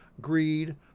greed